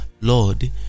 Lord